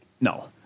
No